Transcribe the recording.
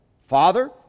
Father